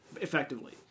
effectively